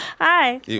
Hi